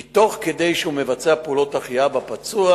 כי תוך כדי שהוא מבצע פעולות החייאה בפצוע,